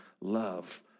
love